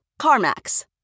CarMax